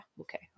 Okay